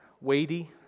weighty